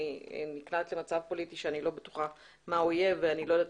אני נקלעת למצב פוליטי שאני לא בטוחה מה הוא יהיה ואני לא יודעת